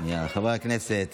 חברת הכנסת